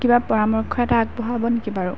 কিবা পৰামৰ্শ এটা আগবঢ়াব নেকি বাৰু